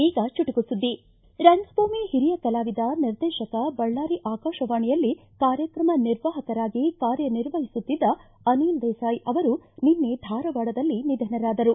ಈಗ ಚುಟುಕು ಸುದ್ದಿ ಹಿರಿಯ ರಂಗಕಲಾವಿದ ನಿರ್ದೇಶಕ ಬಳ್ಳಾರಿ ಆಕಾಶವಾಣಿಯಲ್ಲಿ ಕಾರ್ಯಕ್ರಮ ನಿರ್ವಾಹಕ ಅಧಿಕಾರಿಯಾಗಿ ಕಾರ್ಯನಿರ್ವಹಿಸುತ್ತಿದ್ದ ಅನಿಲ್ ದೇಸಾಯಿ ಅವರು ನಿನ್ನೆ ಧಾರವಾಡದಲ್ಲಿ ನಿಧನರಾದರು